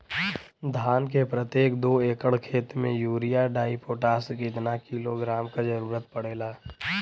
धान के प्रत्येक दो एकड़ खेत मे यूरिया डाईपोटाष कितना किलोग्राम क जरूरत पड़ेला?